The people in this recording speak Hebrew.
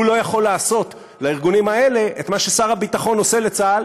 הוא לא יכול לעשות לארגונים האלה את מה ששר הביטחון עושה לצה"ל,